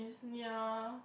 it's near